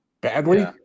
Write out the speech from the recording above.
badly